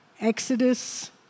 exodus